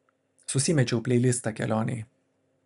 susimečiau pleilistą kelionei